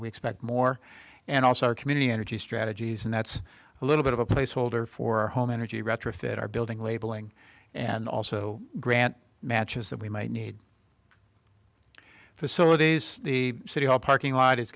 we expect more and also are community energy strategies and that's a little bit of a placeholder for home energy retrofit our building labeling and also grant matches that we might need facilities the city hall parking lot is